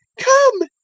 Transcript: come,